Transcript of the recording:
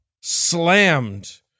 slammed